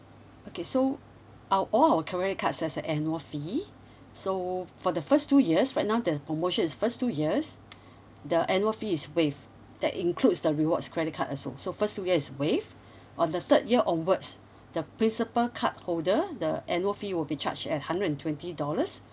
okay so uh all our credit cards has an annual fee so for the first two years right now the promotion is first two years the annual fee is waived that includes the rewards credit card also so first two years is waived on the third year onwards the principal card holder the annual fee will be charged at hundred and twenty dollars